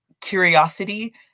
curiosity